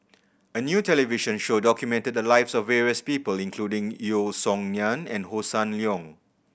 a new television show documented the lives of various people including Yeo Song Nian and Hossan Leong